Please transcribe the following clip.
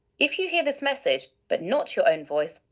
if you hear this message but not your own voice,